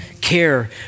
care